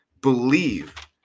Believe